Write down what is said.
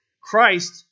christ